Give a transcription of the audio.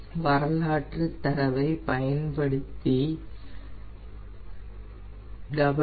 எனவே வரலாற்று தரவை பயன்படுத்தி 0